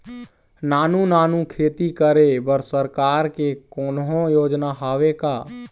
नानू नानू खेती करे बर सरकार के कोन्हो योजना हावे का?